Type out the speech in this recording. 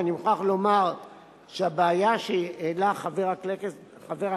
ואני מוכרח לומר שהבעיה שהעלה חבר הכנסת